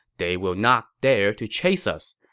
they will not dare to chase us.